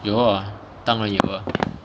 有啦当然有啦